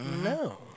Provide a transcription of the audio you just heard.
No